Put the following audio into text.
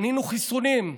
קנינו חיסונים.